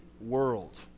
world